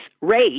race